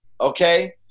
okay